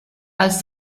als